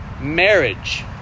marriage